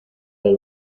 del